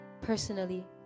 personally